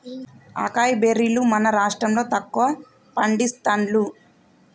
acai బెర్రీలు మన రాష్టం లో తక్కువ పండిస్తాండ్లు